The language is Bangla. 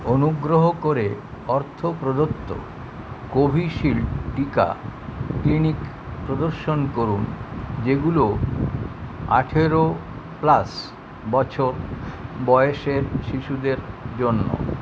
অনুগ্রহ করে অর্থ প্রদত্ত কোভিশিল্ড টিকা ক্লিনিক প্রদর্শন করুন যেগুলো আঠেরো প্লাস বছর বয়সের শিশুদের জন্য